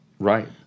Right